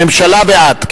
הממשלה בעד.